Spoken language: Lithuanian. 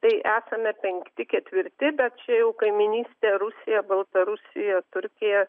tai esame penkti ketvirti bet čia jau kaimynystė rusija baltarusija turkija